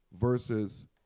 versus